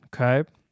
okay